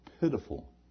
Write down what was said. pitiful